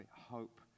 hope